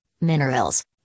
minerals